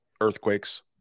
earthquakes